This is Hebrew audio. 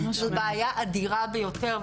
זו בעיה אדירה ביותר.